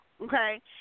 okay